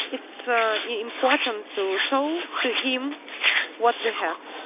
it's so important to show to him what we have.